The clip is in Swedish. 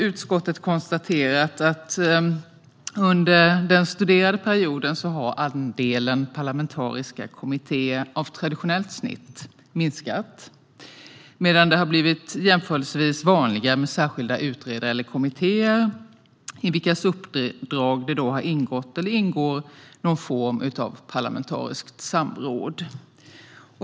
Utskottet har konstaterat att under den studerade perioden har andelen parlamentariska kommittéer av traditionellt snitt minskat, medan det har blivit jämförelsevis vanligare med särskilda utredare eller kommittéer i vilkas uppdrag det har ingått eller ingår någon form av parlamentariskt samråd.